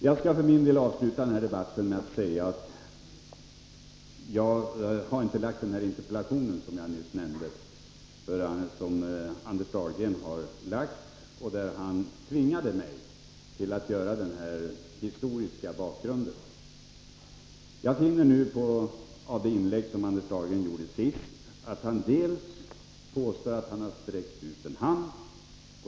Jag skall för min del avsluta den här debatten med anledning av den interpellation som Anders Dahlgren har väckt och där han tvingat mig att redovisa den historiska bakgrunden. Jag finner nu av det inlägg som Anders Dahlgren gjorde senast att han påstår att han har sträckt ut en hand.